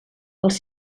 els